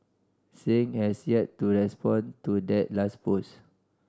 Singh has yet to respond to that last post